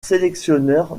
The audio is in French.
sélectionneur